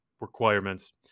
requirements